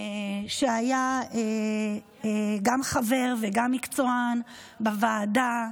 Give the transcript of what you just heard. שהיה גם חבר וגם מקצוען בוועדה,